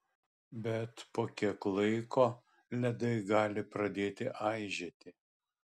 bet po kiek laiko ledai gali pradėti aižėti